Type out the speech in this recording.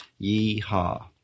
Yeehaw